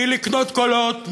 מלקנות קולות,